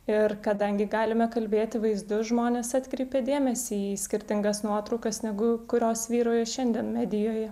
ir kadangi galime kalbėti vaizdu žmonės atkreipė dėmesį į skirtingas nuotraukas negu kurios vyrauja šiandien medijoje